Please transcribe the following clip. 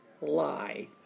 lie